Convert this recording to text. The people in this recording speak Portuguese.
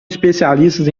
especialistas